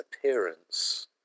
appearance